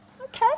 Okay